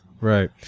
Right